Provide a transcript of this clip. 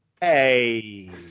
Hey